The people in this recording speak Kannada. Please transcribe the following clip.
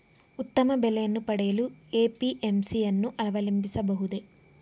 ಉತ್ತಮ ಬೆಲೆಯನ್ನು ಪಡೆಯಲು ಎ.ಪಿ.ಎಂ.ಸಿ ಯನ್ನು ಅವಲಂಬಿಸಬಹುದೇ?